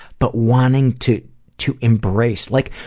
but wanting to to embrace, like,